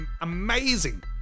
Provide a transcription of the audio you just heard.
amazing